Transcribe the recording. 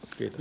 kiitos